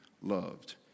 loved